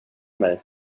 mig